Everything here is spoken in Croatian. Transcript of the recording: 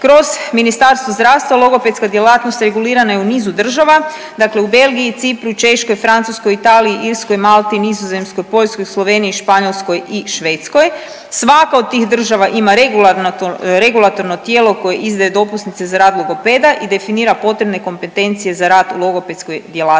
Kroz Ministarstvo zdravstva logopedska djelatnost regulirana je u nizu država, dakle u Belgiji, Cipru, Češkoj, Francuskoj, Italiji, Irskoj, Malti, Nizozemskoj, Poljskoj, Sloveniji, Španjolskoj i Švedskoj. Svaka od tih država ima regulatorno tijelo koje izdaje dopusnice za rad logopeda i definira potrebne kompetencije za rad u logopedskoj djelatnosti,